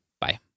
Bye